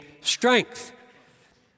strength